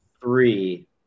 three